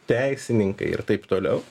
teisininkai ir taip toliau